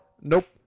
nope